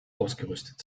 ausgerüstet